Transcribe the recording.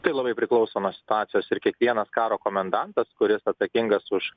tai labai priklauso nuo situacijos ir kiekvienas karo komendantas kuris atsakingas už